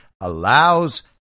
allows